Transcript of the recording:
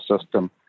system